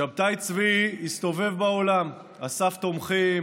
שבתאי צבי הסתובב בעולם ואסף תומכים